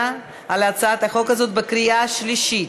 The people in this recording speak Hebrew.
על הצעת החוק הזאת בקריאה שלישית.